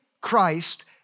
Christ